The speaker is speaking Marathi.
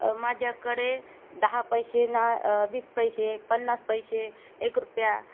माझ्याकडे दहा पैसे ना वीस पैसे पन्नास पैसे एक रुपया